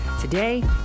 Today